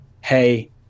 hey